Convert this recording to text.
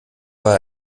war